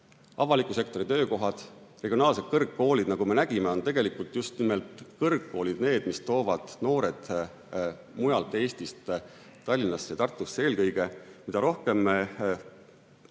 avaliku sektori töökohad, regionaalsed kõrgkoolid. Nagu me nägime, on tegelikult just nimelt kõrgkoolid need, mis toovad noored mujalt Eestist eelkõige Tallinnasse ja Tartusse. Mida rohkem me